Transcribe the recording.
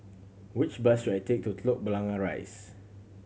which bus should I take to Telok Blangah Rise